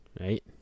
right